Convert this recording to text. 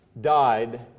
died